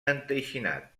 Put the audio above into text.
enteixinat